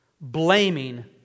blaming